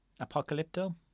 Apocalypto